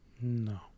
No